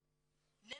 אומרת,